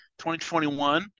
2021